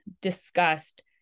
discussed